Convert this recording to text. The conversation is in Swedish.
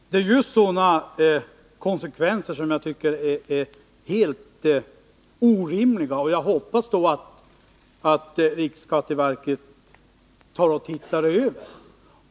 Det är just sådana konsekvenser som jag tycker är helt orimliga. Jag hoppas att riksskatteverket ser över bestämmelserna.